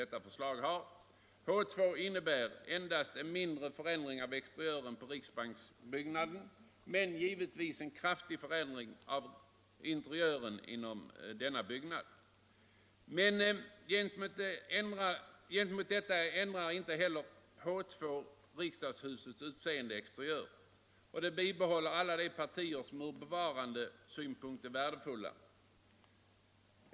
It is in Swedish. H 2 innebär endast en mindre förändring av exteriören på riksbanksbyggnaden men givetvis en kraftig förändring av interiören. Inte heller H 2 ändrar riksdagshusets utseende exteriört. Det bibehåller alla de partier som ur bevarandesynpunkt är värdefulla.